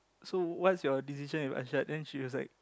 so what is your decision with ah Jack then she was like